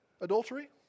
adultery